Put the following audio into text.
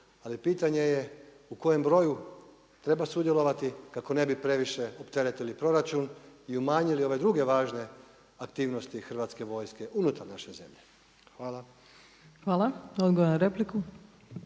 Ali pitanje je u kojem broju treba sudjelovati kako ne bi previše opteretili proračun i umanjili ove druge važne aktivnosti Hrvatske vojske unutar naše zemlje. Hvala. **Opačić,